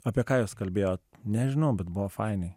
apie ką jūs kalbėjot nežinau bet buvo fainai